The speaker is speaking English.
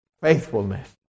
faithfulness